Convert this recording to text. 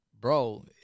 bro